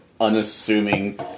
unassuming